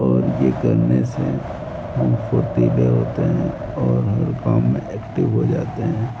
और यह करने से हम फुर्तीले होते हैं और हर काम में एक्टिव हो जाते हैं